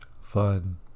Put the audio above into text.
fun